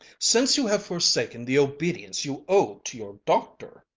since you have forsaken the obedience you owe to your doctor.